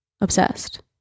obsessed